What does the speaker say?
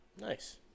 Nice